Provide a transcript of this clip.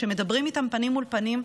כשמדברים איתם פנים מול פנים,